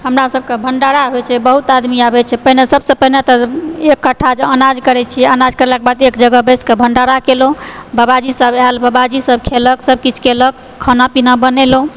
हमरा सभके भण्डारा होइ छै बहुत आदमी अबै छै पहिने सबसँ पहिने तऽ इकठ्ठा अनाज करै छी अनाजके लऽ कऽ एक जगह बैस कऽ भण्डारा केलहुॅं बाबाजी सब आएल बाबाजी सब खेलक सब किछु केलक खाना पीना बनेलहुॅं